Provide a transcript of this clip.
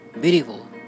beautiful